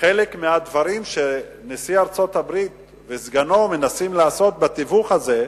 חלק מהדברים שנשיא ארצות-הברית וסגנו מנסים לעשות בתיווך הזה,